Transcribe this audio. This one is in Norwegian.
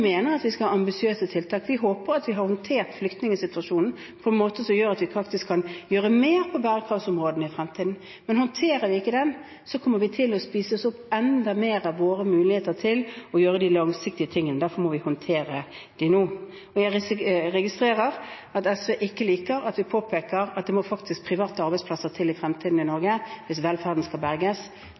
mener at vi skal ha ambisiøse tiltak. Vi håper at vi har håndtert flyktningsituasjonen på en måte som gjør at vi kan gjøre mer på bærekraftsområdene i fremtiden. Men håndterer vi ikke den, kommer vi til å spise opp enda mer av våre muligheter til å gjøre de langsiktige tingene. Derfor må vi håndtere den nå. Jeg registrerer at SV ikke liker at vi påpeker at det må private arbeidsplasser til i fremtiden i Norge hvis velferden skal berges.